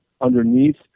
Underneath